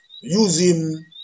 using